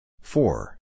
Four